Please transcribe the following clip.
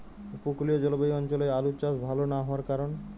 উপকূলীয় জলবায়ু অঞ্চলে আলুর চাষ ভাল না হওয়ার কারণ?